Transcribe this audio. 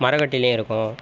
மரக்கட்டையிலேயும் இருக்கும்